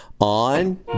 on